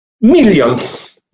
millions